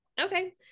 Okay